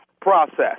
process